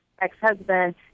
ex-husband